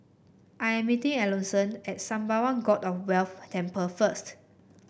I am meeting Alonso at Sembawang God of Wealth Temple first